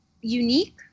unique